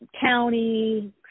county